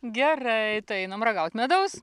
gerai tai einam ragaut medaus